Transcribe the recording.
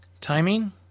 Timing